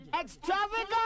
Extravagant